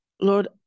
Lord